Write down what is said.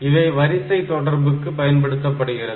இவை வரிசை தொடர்புக்கு பயன்படுத்தப்படுகிறது